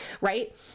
right